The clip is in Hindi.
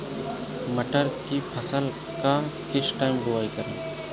मटर की फसल का किस टाइम बुवाई करें?